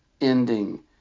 ending